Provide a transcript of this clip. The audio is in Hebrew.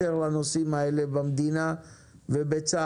כמו שני הגופים ששמענו ובטח יש עוד רשת של